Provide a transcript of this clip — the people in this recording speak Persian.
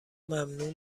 ممنوع